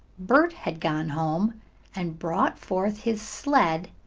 bert had gone home and brought forth his sled,